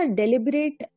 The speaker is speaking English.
deliberate